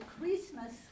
Christmas